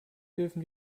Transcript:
dürfen